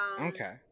Okay